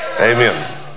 Amen